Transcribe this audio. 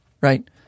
right